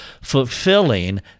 fulfilling